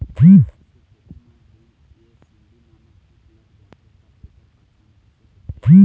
कपास के खेती मा जोन ये सुंडी नामक कीट लग जाथे ता ऐकर पहचान कैसे होथे?